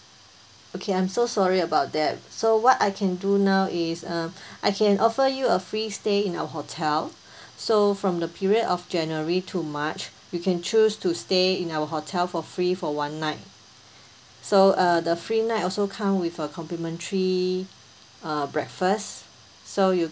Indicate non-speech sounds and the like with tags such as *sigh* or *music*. okay I'm so sorry about that so what I can do now is uh *breath* I can offer you a free stay in our hotel *breath* so from the period of january to march you can choose to stay in our hotel for free for one night so uh the free night also come with a complimentary uh breakfast so you